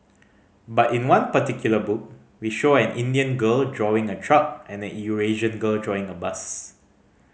but in one particular book we show an Indian girl drawing a truck and a Eurasian girl drawing a bus